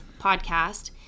podcast